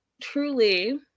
truly